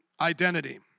identity